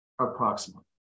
approximately